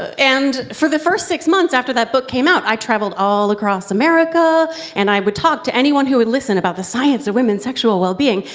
and for the first six months after that book came i traveled all across america and i would talk to anyone who would listen about the science of women's sexual well-being,